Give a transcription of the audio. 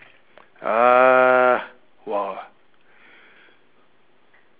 ah !wah!